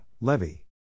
LEVY